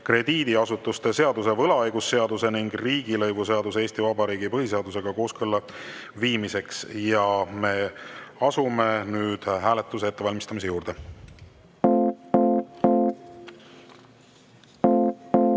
krediidiasutuste seaduse, võlaõigusseaduse ning riigilõivuseaduse Eesti Vabariigi põhiseadusega kooskõlla viimiseks. Me asume nüüd hääletuse ettevalmistamise